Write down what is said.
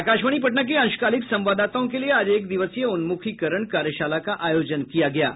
आकाशवाणी पटना के अंशकालिक संवाददाताओं के लिये आज एक दिवसीय उन्मुखीकरण कार्यशाला का आयोजन किया गया है